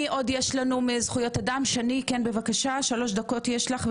שני, יש לך שלוש דקות.